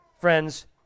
friends